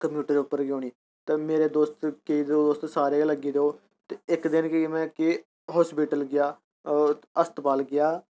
computer उप्पर गै होनी ते मेरे दोस्त केईं दोस्त सारे गै लग्गी गेदे ओह् ते इक दिन की जे में कि अस्पताल गेआ और अस्तपाल गेआ